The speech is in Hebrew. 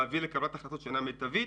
להביא לקבלת החלטות שאינה מיטבית.